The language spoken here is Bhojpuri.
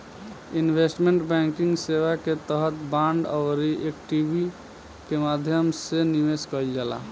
इन्वेस्टमेंट बैंकिंग सेवा के तहत बांड आउरी इक्विटी के माध्यम से निवेश कईल जाला